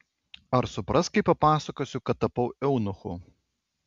ar supras kai papasakosiu kad tapau eunuchu